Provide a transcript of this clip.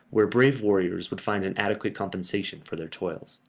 where brave warriors would find an adequate compensation for their toils.